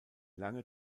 lange